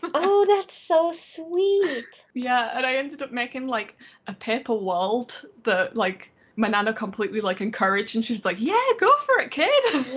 but oh, that's so sweet yeah and ended up making like a paper world the like my nana completely like encouraged and she's like, yeah go for it kid!